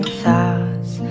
thoughts